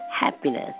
Happiness